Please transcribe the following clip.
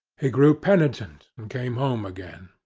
he grew penitent, and came home again.